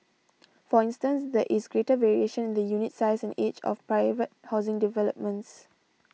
for instance there is greater variation in the unit size and age of private housing developments